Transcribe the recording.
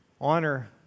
honor